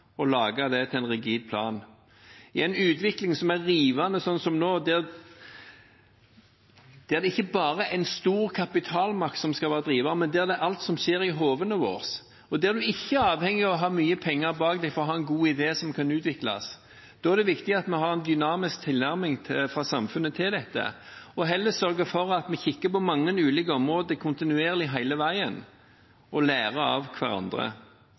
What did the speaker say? og lage det til en rigid plan. I en utvikling som er rivende, slik som nå, der det ikke bare er en stor kapitalmakt som skal være driver, men alt det som skjer i hodene våre, er vi ikke avhengig av å ha mye penger for å ha en god idé som kan utvikles. Da er det viktig at vi har en dynamisk tilnærming fra samfunnet til dette, og heller sørger for at vi kikker på mange ulike områder, kontinuerlig, hele veien, og lærer av hverandre.